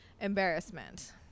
Embarrassment